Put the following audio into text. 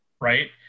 right